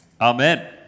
Amen